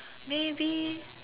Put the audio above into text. maybe